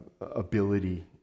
ability